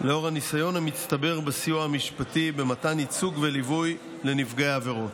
לאור הניסיון המצטבר בסיוע המשפטי במתן ייצוג וליווי לנפגעי עבירות.